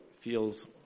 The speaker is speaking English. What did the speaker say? feels